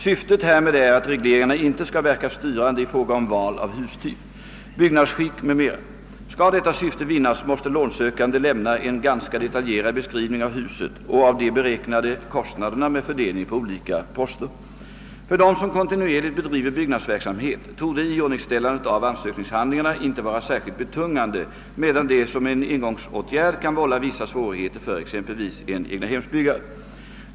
Syftet härmed är att reglerna inte skall verka styrande i fråga om val av hustyp, byggnadsskick m.m. Skall detta syfte vinnas måste lånsökande lämna en ganska detaljerad beskrivning av huset och av de beräknade kostnaderna med fördelning på olika poster. För dem som kontinuerligt bedriver byggnadsverksamhet torde iordningställandet av ansökningshandlingarna inte vara särskilt betungande medan det som en engångsåtgärd kan vålla vissa svårigheter för exempelvis en egnahemsbyggare.